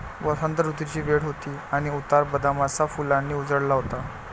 वसंत ऋतूची वेळ होती आणि उतार बदामाच्या फुलांनी उजळला होता